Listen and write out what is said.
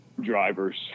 drivers